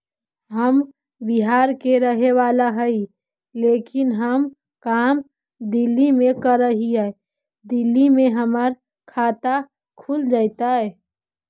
हम बिहार के रहेवाला हिय लेकिन हम काम दिल्ली में कर हिय, दिल्ली में हमर खाता खुल जैतै?